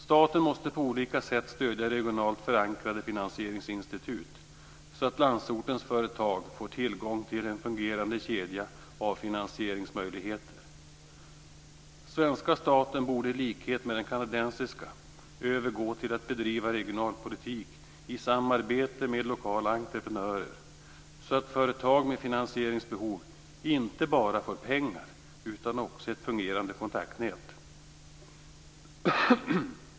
Staten måste på olika sätt stödja regionalt förankrade finansieringsinstitut, så att landsortens företag får tillgång till en fungerande kedja av finansieringsmöjligheter. Den svenska staten borde i likhet med den kanadensiska övergå till att bedriva regionalpolitik i samarbete med lokala entreprenörer, så att företag med finansieringsbehov inte bara får pengar utan också ett fungerande kontaktnät.